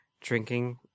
drinking